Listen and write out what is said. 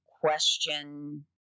question